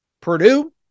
Purdue